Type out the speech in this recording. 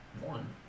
one